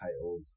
titled